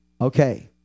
Okay